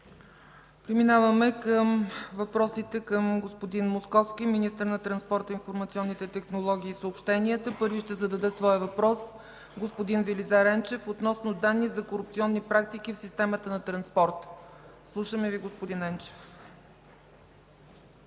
Преминаваме с въпроси към господин Московски – министър на транспорта, информационните технологии и съобщения. Първи ще зададе своя въпрос господин Велизар Енчев относно данни за корупционни практики в системата на транспорта. Слушаме Ви, господин Енчев.